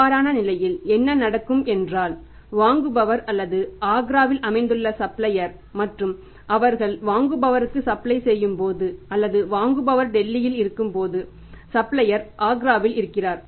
அவ்வாறான நிலையில் என்ன நடக்கும் என்றால் வாங்குபவர் அல்லது ஆக்ராவில் அமைந்துள்ள சப்ளையர் மற்றும் அவர்கள் வாங்குபவருக்கு சப்ளை செய்யும் போது அல்லது வாங்குபவர் டெல்லியில் இருக்கும்போது சப்ளையர் ஆக்ராவில் இருக்கிறார்